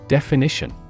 Definition